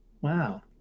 wow